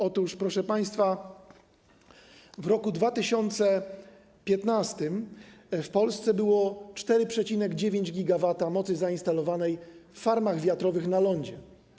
Otóż, proszę państwa, w roku 2015 w Polsce było 4,9 GW mocy zainstalowanej w farmach wiatrowych na lądzie.